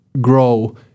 grow